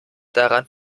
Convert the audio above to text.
daran